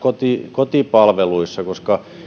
kotipalveluissa koska